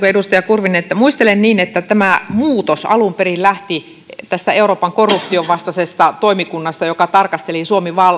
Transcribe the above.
edustaja kurvinen muistelen niin että tämä muutos alun perin lähti tästä euroopan korruption vastaisesta toimikunnasta joka tarkasteli